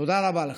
תודה רבה לך.